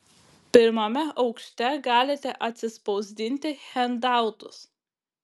pirmame aukšte galite atsispausdinti hendautus